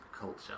culture